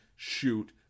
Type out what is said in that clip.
shoot